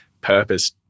purpose